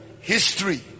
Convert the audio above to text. history